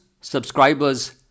subscribers